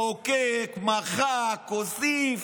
חוקק, מחק, הוסיף,